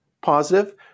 Positive